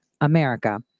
America